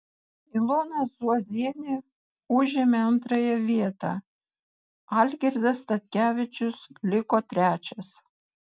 ilona zuozienė užėmė antrąją vietą algirdas statkevičius liko trečias